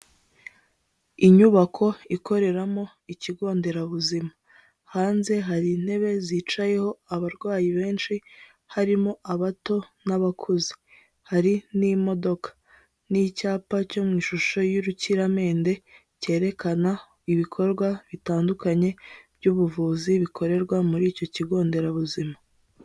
Inyubako ikoreramo ikigo nderabuzima. Hanze hari intebe zicayeho abarwayi benshi, harimo abato n'abakuze. Hari n'imodoka n'icyapa cyo mu ishusho y'urukiramende, cyerekana ibikorwa bitandukanye by'ubuvuzi bikorerwa muri icyo kigo nderabuzima.